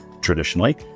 traditionally